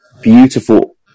beautiful